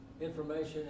Information